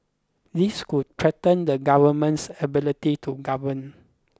this could threaten the government's ability to govern